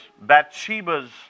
Bathsheba's